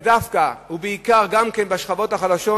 דווקא ובעיקר בשכבות החלשות,